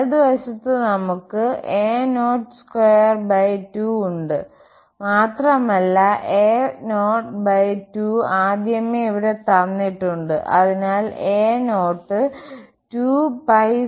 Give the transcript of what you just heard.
വലതു വശത്ത് നമുക്ക് a022ഉണ്ട് മാത്രമല്ലേ a02 ആദ്യമേ ഇവിടെ തന്നിട്ടുണ്ട് അതിനാൽ a0 2 2 3ആണ്